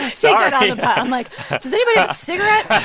so and i'm like, does anybody have a cigarette?